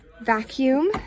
Vacuum